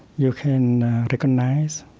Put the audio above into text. you can recognize,